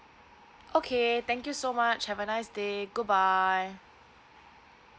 okay thank you so much have a nice day goodbye